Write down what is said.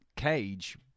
Cage